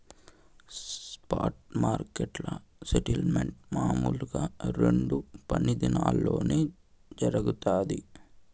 spot మార్కెట్ల settlement మామూలుగా రెండు పని దినాల్లోనే జరగతాది